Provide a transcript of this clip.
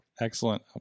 Excellent